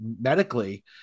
medically